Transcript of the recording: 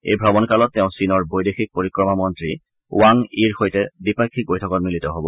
এই ভ্ৰমণকালত তেওঁ চীনৰ বৈদেশিক পৰিক্ৰমা মন্নী বাং য়িৰ সৈতে দ্বিপাক্ষিক বৈঠকত মিলিত হব